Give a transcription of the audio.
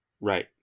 Right